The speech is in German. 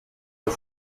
das